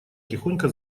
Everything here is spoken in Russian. тихонько